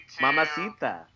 Mamacita